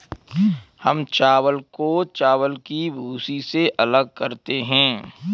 हम चावल को चावल की भूसी से अलग करते हैं